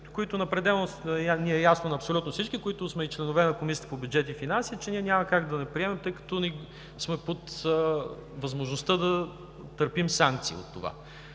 като пределно ясно на абсолютно всички ни е, които сме членове на Комисията по бюджет и финанси, че няма как да не приемем, тъй като ние сме и с възможност да търпим санкции от това.